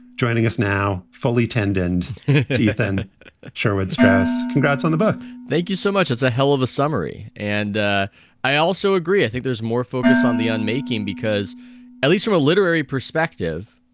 joining us now, fully tendancies ethan sherwood stress. congrats on the book thank you so much. it's a hell of a summary. and ah i also agree, i think there's more focus on the unmaking because at least from a literary perspective,